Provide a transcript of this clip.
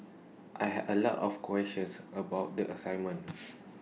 I had A lot of questions about the assignment